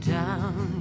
down